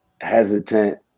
hesitant